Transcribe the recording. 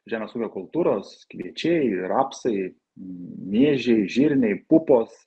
žemės ūkio kultūros kviečiai rapsai miežiai žirniai pupos